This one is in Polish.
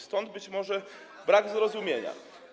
Stąd być może brak zrozumienia.